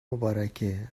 مبارکه